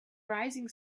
rising